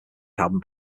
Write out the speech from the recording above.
carbon